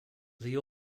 leo